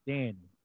Danny